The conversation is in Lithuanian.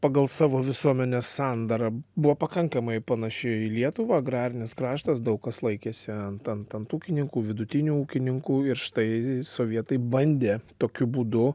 pagal savo visuomenės sandarą buvo pakankamai panaši į lietuvą agrarinis kraštas daug kas laikėsi ant ant ant ūkininkų vidutinių ūkininkų ir štai sovietai bandė tokiu būdu